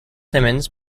simmons